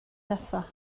nesaf